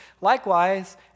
Likewise